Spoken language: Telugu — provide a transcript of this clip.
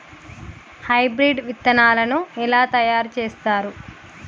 హైబ్రిడ్ విత్తనాలను ఎలా తయారు చేస్తారు?